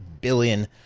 billion